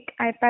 iPad